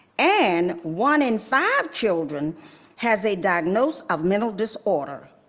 and one in five children has a diagnosis of mental disorder.